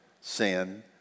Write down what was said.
sin